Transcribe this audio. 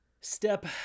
step